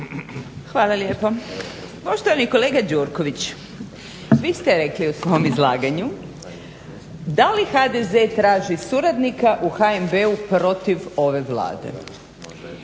Hvala lijepa. Poštovani kolega Gjurković, vi ste rekli u svom izlaganju, da li HDZ traži suradnika u HNB protiv ove Vlade,